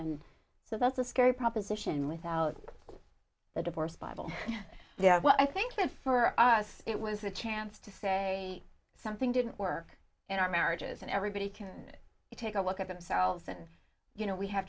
so that's a scary proposition without the divorce bible yeah well i think that for us it was a chance to say something didn't work in our marriages and everybody can take a look at themselves and you know we have